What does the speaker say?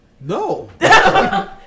No